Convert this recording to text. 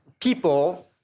people